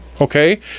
Okay